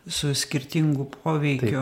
su skirtingu poveikiu